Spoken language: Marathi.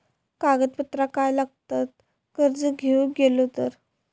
कागदपत्रा काय लागतत कर्ज घेऊक गेलो तर?